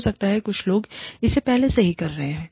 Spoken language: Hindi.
हो सकता है कुछ लोग इसे पहले से ही कर रहे हैं